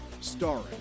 starring